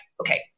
Okay